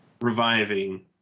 reviving